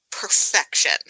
perfection